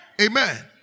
Amen